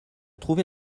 trouver